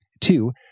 Two